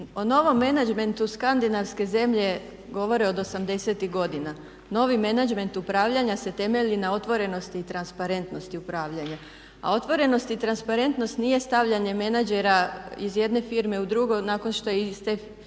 O novom menadžmentu skandinavske zemlje govore od 80.tih godina. Novi menadžment upravljanja se temelji na otvorenosti i transparentnosti upravljanja. A otvorenost i transparentnost nije stavljanje menadžera iz jedne firme u drugu nakon što je tu firmu